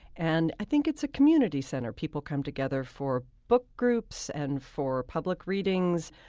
and i think it's a community center. people come together for book groups and for public readings.